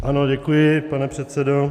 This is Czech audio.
Ano, děkuji, pane předsedo.